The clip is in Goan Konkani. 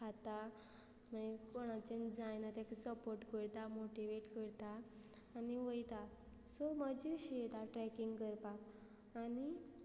खाता मागीर कोणाचे जायना तेका सपोर्ट करता मोटिवेट करता आनी वयता सो मजाशी येता ट्रॅकींग करपाक आनी